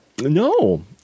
No